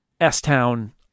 S-Town